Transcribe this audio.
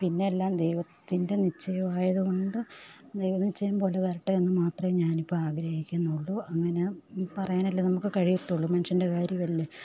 പിന്നെ എല്ലാം ദൈവത്തിൻ്റെ നിശ്ചയമായതുകൊണ്ട് ദൈവനിശ്ചയം പോലെ വരട്ടെയെന്ന് മാത്രമേ ഞാനിപ്പം ആഗ്രഹിക്കുന്നുള്ളു അങ്ങനെ പറയാനല്ലെ നമുക്ക് കഴിയത്തുള്ളു മനുഷ്യൻ്റെ കാര്യമല്ലേ